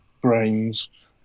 brains